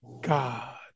God